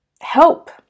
help